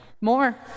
more